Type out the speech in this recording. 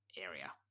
area